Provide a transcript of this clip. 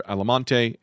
Alamante